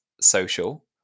social